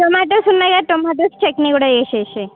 tomatoes ఉన్నాయా tomatoes chutney కూడా చేయి